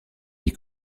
vie